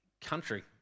country